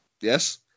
Yes